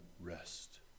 rest